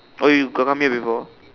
oh you got come here before